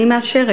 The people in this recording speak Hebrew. אני מאשרת.